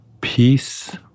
Peace